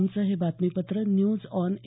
आमचं हे बातमीपत्र न्यूज ऑन ए